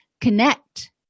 connect